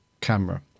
camera